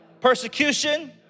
Persecution